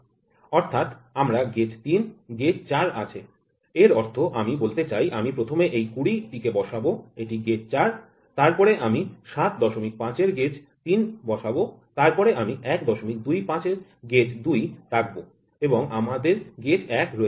অর্থাৎ আমার গেজ ৩ ও গেজ ৪ রয়েছে এর অর্থ আমি বলতে চাই আমি প্রথমেই এই ২০ টিকে বসাব এটি গেজ ৪ তারপর আমি ৭৫ এর গেজ ৩ বসাব তারপরে আমি ১২৫ এর গেজ ২ রাখব এবং আমার গেজ ১ রয়েছে